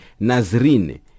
nazrin